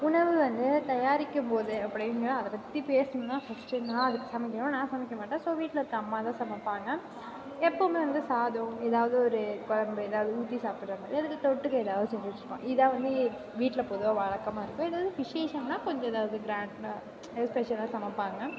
உணவு வந்து தயாரிக்கும் போது அப்படிங்கிற அதை பற்றி பேசணுன்னால் ஃபஸ்ட்டு நான் அதுக்கு சமைக்கணும் நான் சமைக்கமாட்டேன் ஸோ வீட்டில் இருக்கற அம்மாதான் சமைப்பாங்க எப்போவுமே வந்து சாதம் ஏதாவது ஒரு குழம்பு ஏதாவது ஊற்றி சாப்பிட்ற மாதிரி அதுக்கு தொட்டுக்க ஏதாவது செஞ்சு வச்சுப்பாங்க இதுதான் வந்து வீட்டில் பொதுவாக வழக்கமாக இருக்கும் ஏதாவது விசேஷமுன்னால் கொஞ்சம் எதாவது கிராண்டா எதாவது ஸ்பெஷலா சமைப்பாங்க